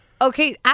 Okay